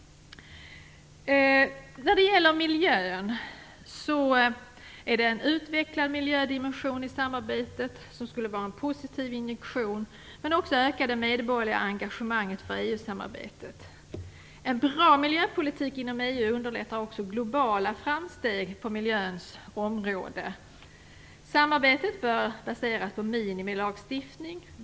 En utvecklad miljödimension i samarbetet skulle vara en positiv injektion och också öka det medborgerliga engagemanget för EU-samarbetet. En bra miljöpolitik inom EU underlättar också globala framsteg på miljöns område. Samarbetet bör baseras på minimilagstiftning.